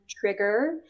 trigger